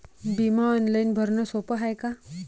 बिमा ऑनलाईन भरनं सोप हाय का?